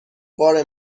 بار